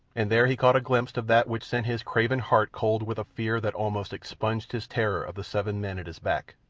and there he caught a glimpse of that which sent his craven heart cold with a fear that almost expunged his terror of the seven men at his back,